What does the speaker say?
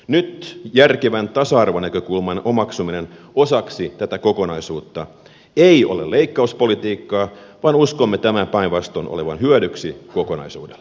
nyt järkevän tasa arvonäkökulman omaksuminen osaksi tätä kokonaisuutta ei ole leikkauspolitiikkaa vaan uskomme tämän päinvastoin olevan hyödyksi kokonaisuudelle